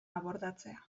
abordatzea